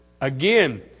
Again